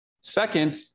Second